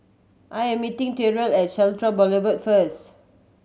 I am meeting Terrill at Central Boulevard first